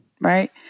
right